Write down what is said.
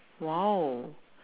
!wow!